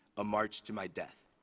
a march to my death.